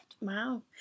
Wow